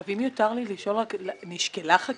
אם יותר לי לשאול, נשקלה חקיקה?